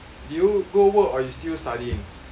do you go work or you still studying